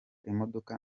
imodoka